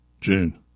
June